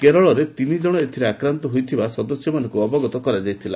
କେରଳରେ ତିନି ଜଣ ଏଥିରେ ଆକ୍ରାନ୍ତ ହୋଇଥିବା ସଦସ୍ୟମାନଙ୍କୁ ଅବଗତ କରାଯାଇଥିଲା